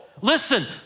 Listen